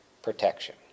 protection